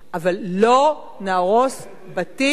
אבל לא נהרוס בתים,